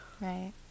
Right